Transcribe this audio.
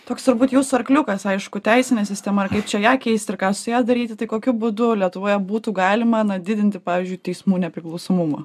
toks turbūt jūsų arkliukas aišku teisinė sistema kaip čia ją keisti ir ką su ja daryti tai kokiu būdu lietuvoje būtų galima na didinti pavyzdžiui teismų nepriklausomumą